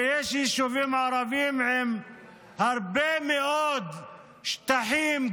ויש יישובים ערביים עם הרבה מאוד שטחים,